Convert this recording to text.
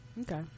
okay